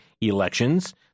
elections